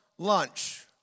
Lunch